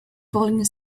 falling